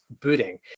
booting